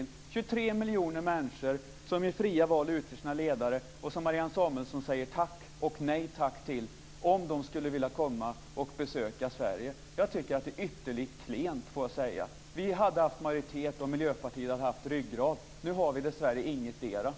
Det handlar om 23 miljoner människor som i fria val utser sina ledare. Marianne Samuelsson säger nej tack till dem om de skulle vilja komma och besöka Sverige. Jag tycker att det är ytterligt klent. Vi hade haft majoritet om Miljöpartiet hade haft ryggrad. Nu har vi dessvärre inte det.